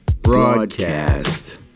broadcast